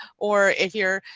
or if you're.